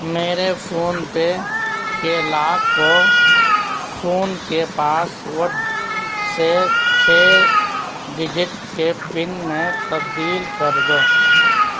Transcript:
میرے PhonePe کے lock کو فون کے پاسوڈ سے چھ ڈیجٹ کے پن میں تبدیل کر دو